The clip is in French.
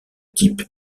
type